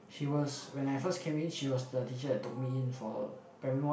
she was when I first came in she was the teacher that took me for primary one